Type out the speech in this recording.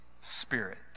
spirit